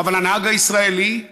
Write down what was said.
אבל הנהג הישראלי,